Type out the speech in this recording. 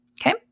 okay